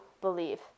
believe